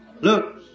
Look